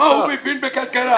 מה הוא מבין בכלכלה?